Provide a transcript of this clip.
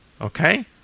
okay